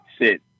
sit